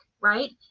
right